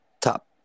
Top